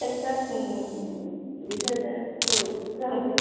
ସେଟା ଦଶ ହଜାର ପାଖକୁ ଚାହୁଁଛନ୍ତି